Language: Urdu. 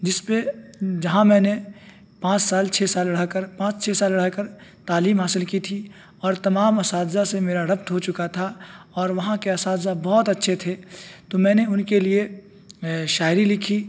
جس پہ جہاں میں نے پانچ سال چھ سال رہ کر پانچ چھ سال رہ کر تعلیم حاصل کی تھی اور تمام اساتذہ سے میرا ربط ہو چکا تھا اور وہاں کے اساتذہ بہت اچھے تھے تو میں نے ان کے لیے شاعری لکھی